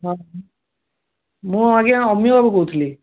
ହଁ ମୁଁ ଆଜ୍ଞା ଅମିୟ ବାବୁ କହୁଥିଲି